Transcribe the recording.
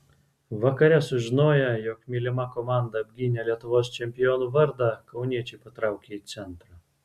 vakare sužinoję jog mylima komanda apgynė lietuvos čempionų vardą kauniečiai patraukė į centrą